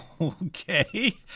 Okay